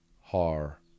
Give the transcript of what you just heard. har